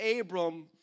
Abram